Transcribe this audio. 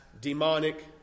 demonic